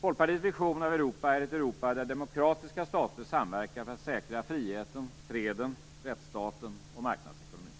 Folkpartiets vision av Europa är ett Europa där demokratiska stater samverkar för att säkra friheten, freden, rättsstaten och marknadsekonomin.